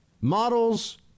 Models